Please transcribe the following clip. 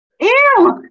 Ew